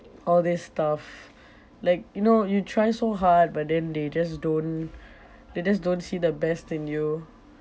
all this stuff like you know you try so hard but then they just don't they just don't see the best in you